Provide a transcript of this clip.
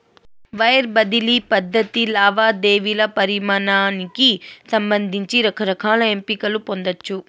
wire బదిలీ పద్ధతి లావాదేవీల పరిమానానికి సంబంధించి రకరకాల ఎంపికలు పొందచ్చు